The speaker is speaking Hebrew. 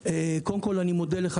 קודם כל אני מודה לך,